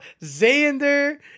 Xander